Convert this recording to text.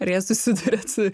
ar jie susiduria su